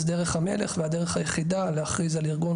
אז דרך המלך והדרך היחידה להכריז על ארגון